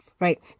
right